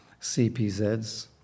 CPZs